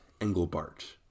Engelbart